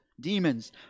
demons